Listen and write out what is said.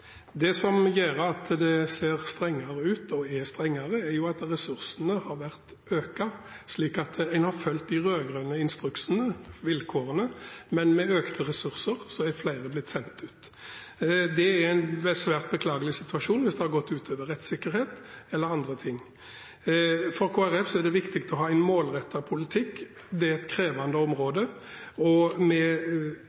Det som gjør at det ser strengere ut, og er strengere, er at ressursene har økt. Så en har fulgt de rød-grønne instruksene, eller vilkårene, men med økte ressurser er flere blitt sendt ut. Det er en svært beklagelig situasjon hvis det har gått utover rettssikkerhet eller andre ting. For Kristelig Folkeparti er det viktig å ha en målrettet politikk. Det er et krevende